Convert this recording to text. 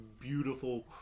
beautiful